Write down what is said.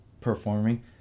performing